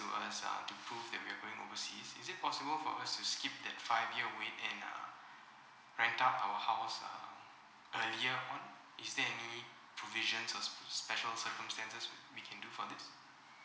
to us uh to prove that we are going overseas is it possible for us to skip that five year wait and uh rent out our house um earlier on is there any provisions or sp~ special circumstances we can do for this